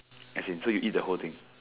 as in so you eat the whole thing